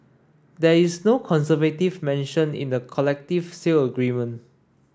there is no conservative mentioned in the collective sale agreement